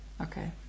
okay